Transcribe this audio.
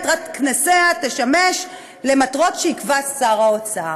יתרת נכסיה תשמש למטרות שיקבע שר האוצר.